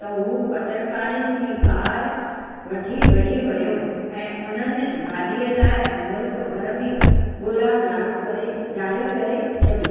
त उहे पत्रकारनि जी कार वठी भॼी वियो ऐं उन्हनि गाॾीअ लाइ मुल्क भर में ॻोल्हा जारु करे ज़ारी करे छॾी